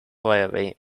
priory